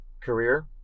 career